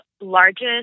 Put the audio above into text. largest